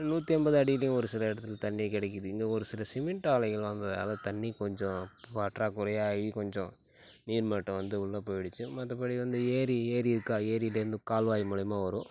நூற்று ஐம்பது அடியிலையும் ஒரு சில இடத்துல தண்ணி கிடைக்கிது இங்கே ஒரு சில சிமெண்ட் ஆலைகள் வந்ததால் தண்ணி கொஞ்சம் பற்றாகுறையாகி கொஞ்சம் நீர் மட்டம் வந்து உள்ள போய்டுச்சு மற்ற படி வந்து ஏரி ஏரிக்கா ஏரியிலந்து கால்வாய் மூலயமா வரும்